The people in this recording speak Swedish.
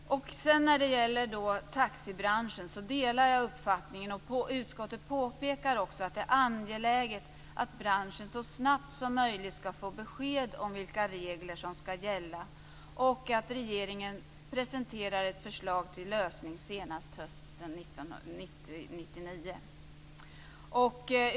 När det gäller taxibranschen delar jag utskottets uppfattning att det är angeläget att branschen så snabbt som möjligt får besked om vilka regler som skall gälla och att regeringen presenterar ett förslag till lösning senast hösten 1999.